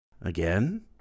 Again